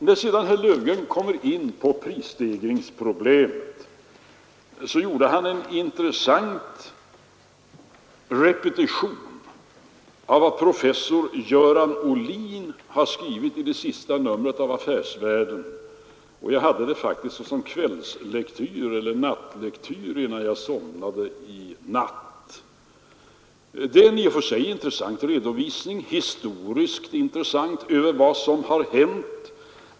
När herr Löfgren sedan kom in på prisstegringsproblemet, gjorde han en intressant repetition av vad professor Göran Ohlin har skrivit i det senaste numret av tidningen Affärsvärlden. Jag hade faktiskt den artikeln som nattlektyr innan jag somnade i går. Där finns en i och för sig intressant historisk redovisning över vad som har hänt.